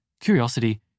curiosity